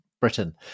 Britain